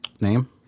name